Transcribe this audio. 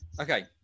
okay